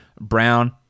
Brown